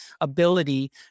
ability